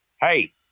hey